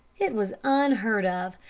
it was unheard of!